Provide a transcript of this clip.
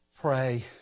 pray